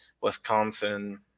wisconsin